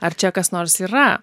ar čia kas nors yra